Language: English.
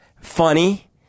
funny